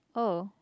oh